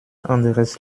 anderes